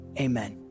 amen